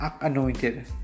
anointed